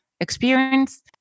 experience